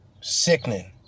Sickening